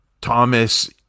Thomas